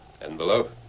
Envelope